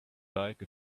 like